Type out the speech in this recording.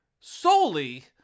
Solely